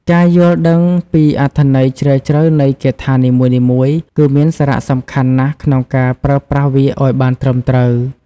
ការយល់ដឹងពីអត្ថន័យជ្រាលជ្រៅនៃគាថានីមួយៗគឺមានសារៈសំខាន់ណាស់ក្នុងការប្រើប្រាស់វាឱ្យបានត្រឹមត្រូវ។